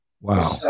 Wow